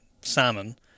salmon